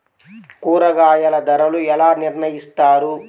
కూరగాయల ధరలు ఎలా నిర్ణయిస్తారు?